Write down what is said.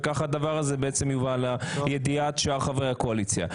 וכך הדבר הזה יובא לידיעת שאר חברי הקואליציה.